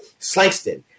Slangston